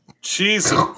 Jesus